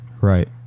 right